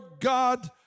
God